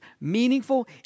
meaningful